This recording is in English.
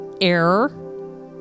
error